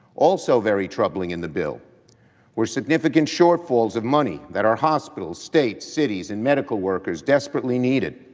also very troubling in the bill were significant shortfalls of money that our hospitals, state cities and medical workers desperately needed.